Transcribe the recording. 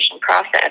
process